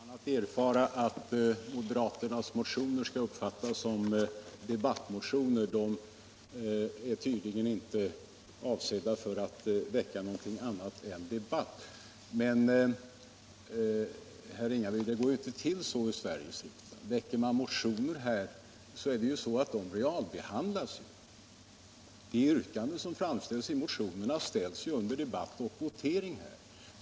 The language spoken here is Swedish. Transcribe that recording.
Herr talman! Det är intressant att erfara att moderaternas motioner skall uppfattas som debattmotioner. De är tydligen inte avsedda för något annat än att väcka debatt. Men, herr Ringaby, det går inte till så i Sveriges riksdag. Väcker man motioner här i riksdagen så realbehandlas de. De yrkanden som framförs i motionerna ställs under debatt och votering.